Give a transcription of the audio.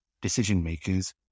decision-makers